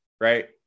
right